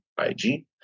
ig